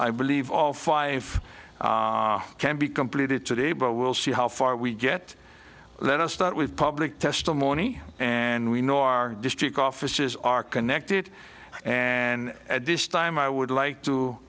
i believe all five can be completed today but we'll see how far we get let us start with public testimony and we nor district offices are connected and at this time i would like to